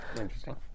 Interesting